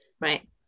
right